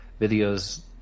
videos